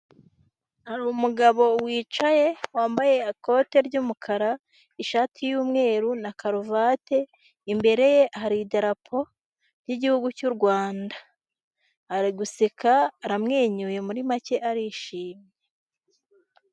Hari umugabo wicaye, wambaye ikote ry'umukara, ishati y'umweru na karuvate, imbere ye haride idarapo y'igihugu cy'u Rwanda, ari guseka aramwenyuye muri make arishimye.